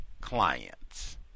clients